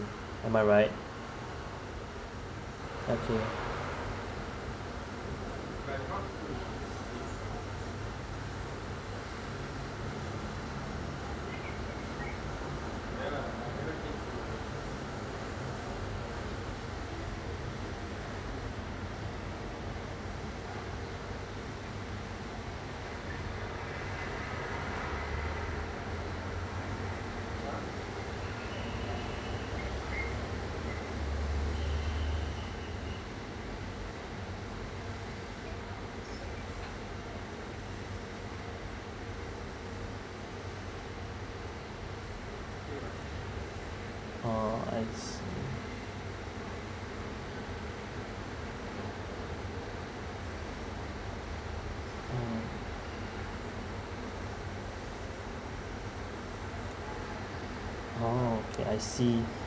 am I right okay oh I see mm oh okay I see